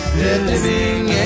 living